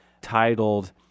titled